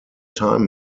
time